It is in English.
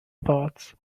thought